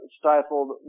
stifled